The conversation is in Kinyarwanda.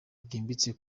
bwimbitse